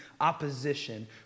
opposition